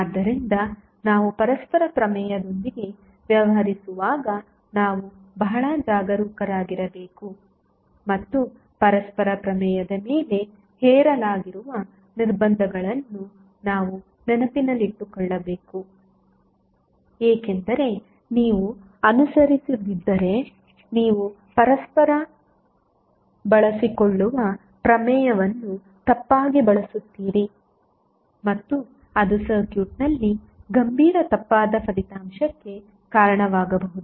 ಆದ್ದರಿಂದ ನಾವು ಪರಸ್ಪರ ಪ್ರಮೇಯದೊಂದಿಗೆ ವ್ಯವಹರಿಸುವಾಗ ನಾವು ಬಹಳ ಜಾಗರೂಕರಾಗಿರಬೇಕು ಮತ್ತು ಪರಸ್ಪರ ಪ್ರಮೇಯದ ಮೇಲೆ ಹೇರಲಾಗಿರುವ ನಿರ್ಬಂಧಗಳನ್ನು ನಾವು ನೆನಪಿನಲ್ಲಿಟ್ಟುಕೊಳ್ಳಬೇಕು ಏಕೆಂದರೆ ನೀವು ಅನುಸರಿಸದಿದ್ದರೆ ನೀವು ಪರಸ್ಪರ ಬಳಸಿಕೊಳ್ಳುವ ಪ್ರಮೇಯವನ್ನು ತಪ್ಪಾಗಿ ಬಳಸುತ್ತೀರಿ ಮತ್ತು ಅದು ಸರ್ಕ್ಯೂಟ್ನಲ್ಲಿ ಗಂಭೀರ ತಪ್ಪಾದ ಫಲಿತಾಂಶಕ್ಕೆ ಕಾರಣವಾಗಬಹುದು